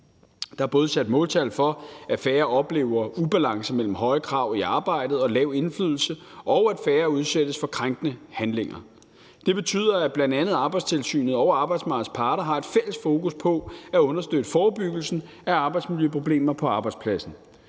Der er både sat måltal for, at færre oplever ubalance mellem høje krav i arbejdet og lav indflydelse, og at færre udsættes for krænkende handlinger. Det betyder, at bl.a. Arbejdstilsynet og arbejdsmarkedets parter har et fælles fokus på at understøtte forebyggelsen af arbejdsmiljøproblemer på arbejdspladsen.